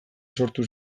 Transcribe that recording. sortu